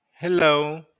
Hello